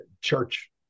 church